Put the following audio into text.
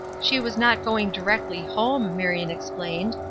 she was not going directly home, marion explained,